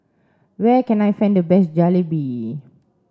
where can I find the best Jalebi